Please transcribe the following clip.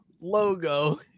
logo